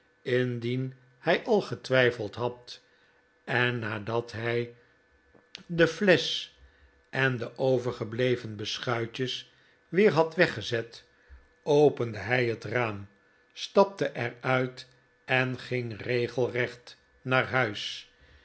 indien hij al getwijfeld had en nadat hij de flesch en de overgebleven beschuitjes weer had weggezet opende hij het raam staple er uit en ging regelrecht naar huis